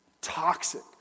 toxic